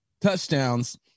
touchdowns